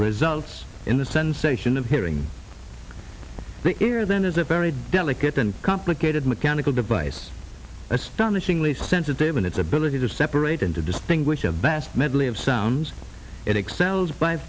results in the sensation of hearing the ear then is a very delicate and complicated mechanical device astonishingly sensitive in its ability to separate and to distinguish a vast medley of sounds it excels by